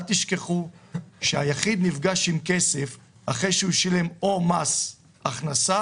אל תשכחו שהיחיד נפגש עם כסף אחרי שהוא ישלם או מס הכנסה